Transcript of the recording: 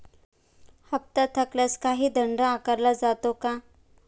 हप्ता थकल्यास काही दंड आकारला जातो का?